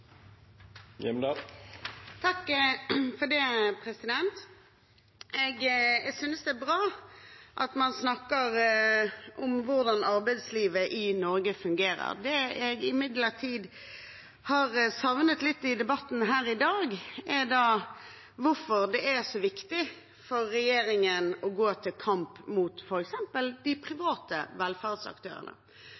Jeg synes det er bra at man snakker om hvordan arbeidslivet i Norge fungerer. Det jeg imidlertid har savnet litt i debatten her i dag, er hvorfor det er så viktig for regjeringen å gå til kamp mot f.eks. de